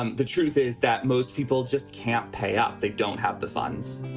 um the truth is that most people just can't pay up. they don't have the funds